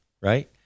right